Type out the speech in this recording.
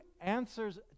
answers